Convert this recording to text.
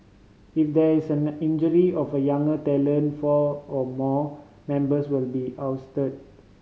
if there is an injury of younger talent four or more members will be ousted